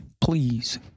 Please